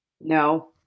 No